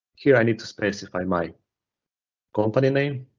here i need to specify my company name,